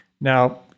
Now